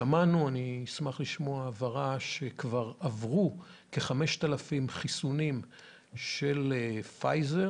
שמענו אשמח לשמוע הבהרה שכבר עברו כ-5,000 חיסונים של פייזר